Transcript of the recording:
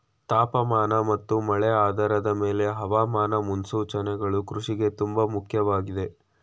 ತಾಪಮಾನ ಮತ್ತು ಮಳೆ ಆಧಾರದ್ ಮೇಲೆ ಹವಾಮಾನ ಮುನ್ಸೂಚನೆಗಳು ಕೃಷಿಗೆ ತುಂಬ ಮುಖ್ಯವಾಗಯ್ತೆ